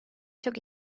çok